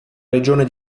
regione